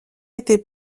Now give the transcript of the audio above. été